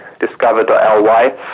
Discover.ly